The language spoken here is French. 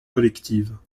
collectives